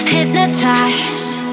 Hypnotized